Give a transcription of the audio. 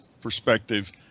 perspective